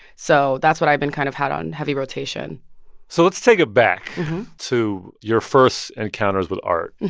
so that's what i've been kind of had on heavy rotation so let's take it back to your first encounters with art.